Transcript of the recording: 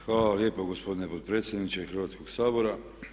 Hvala vam lijepa gospodine potpredsjedniče Hrvatskog sabora.